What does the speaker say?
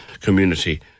community